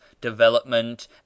development